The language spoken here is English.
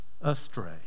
astray